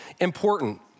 important